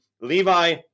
Levi